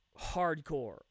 hardcore